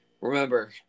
remember